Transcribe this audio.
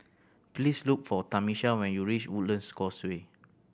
please look for Tamisha when you reach Woodlands Causeway